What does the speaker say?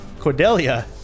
Cordelia